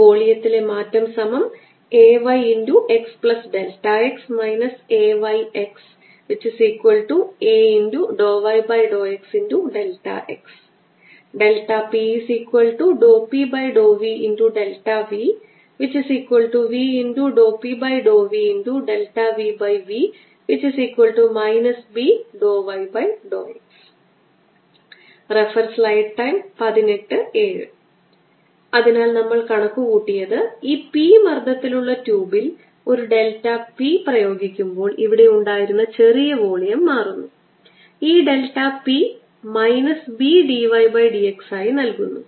വോളിയത്തിലെ മാറ്റം Ayxx AyxA∂y∂xx p∂P∂VVV∂P∂VVV B∂y∂x അതിനാൽ നമ്മൾ കണക്കുകൂട്ടിയത് ഈ p മർദ്ദത്തിലുള്ള ട്യൂബിൽ ഒരു ഡെൽറ്റ p പ്രയോഗിക്കുമ്പോൾ ഇവിടെ ഉണ്ടായിരുന്ന ചെറിയ വോളിയം മാറുന്നു ഈ delta p minus B d y by dx ആയി നൽകുന്നു